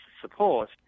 support